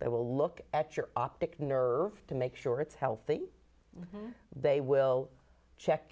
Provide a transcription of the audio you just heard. they will look at your optic nerves to make sure it's healthy they will check